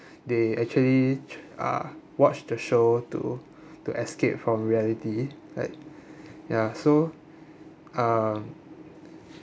they actually uh watch the show to to escape from reality like ya so uh